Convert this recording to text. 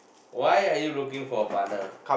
why are you looking for a partner